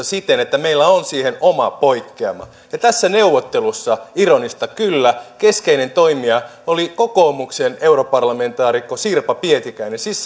siten että meillä on siihen oma poikkeama ja tässä neuvottelussa ironista kyllä keskeinen toimija oli kokoomuksen europarlamentaarikko sirpa pietikäinen siis